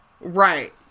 right